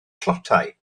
tlotai